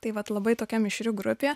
tai vat labai tokia mišri grupė